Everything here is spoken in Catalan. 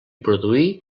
produir